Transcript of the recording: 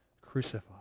crucified